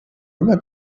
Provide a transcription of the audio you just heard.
una